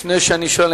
לפני שאני שואל,